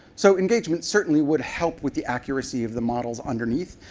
so engagement certainly would help with the accuracy of the models underneath,